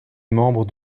membre